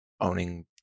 owning